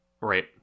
Right